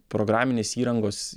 programinės įrangos